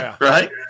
right